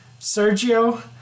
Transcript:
Sergio